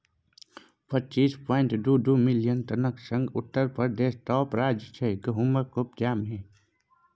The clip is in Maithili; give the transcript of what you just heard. पच्चीस पांइट दु दु मिलियन टनक संग उत्तर प्रदेश टाँप राज्य छै गहुमक उपजा मे